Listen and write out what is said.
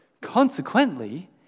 consequently